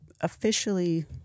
officially